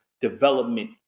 development